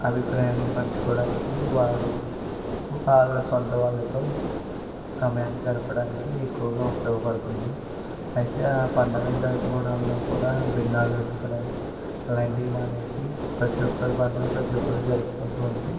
అభిప్రాయాల్ని పంచుకోవడానికి వరుకు వాళ్ళ సొంత వాళ్ళతో సమయాన్ని గడపడానికి ఎక్కువగా ఉపయోగపడుతుంది అయితే ఆ పండగలు జరుపుకోవడంలో కూడా భిన్నాలు ఎతకడం అలాంటియ్ మానేసి ప్రతి ఒక్కరు పండుగ ప్రతి ఒక్కరు జరుపుకుంటూ ఉంటే